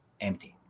empty